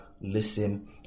listen